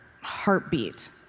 heartbeat